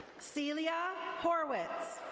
celia horowitz.